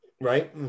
right